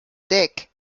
dick